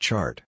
Chart